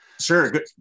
Sure